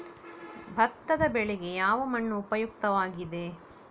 ಭತ್ತದ ಬೆಳೆಗೆ ಯಾವ ಮಣ್ಣು ಉಪಯುಕ್ತವಾಗಿದೆ?